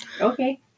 Okay